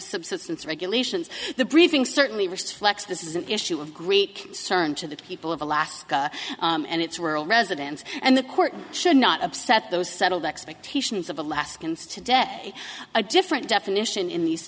subsistence regulations the briefing certainly reflects this is an issue of great concern to the people of alaska and it's where all residents and the court should not upset those settled expectations of alaskans today a different definition in these